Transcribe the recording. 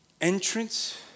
entrance